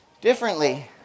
differently